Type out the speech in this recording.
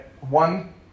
One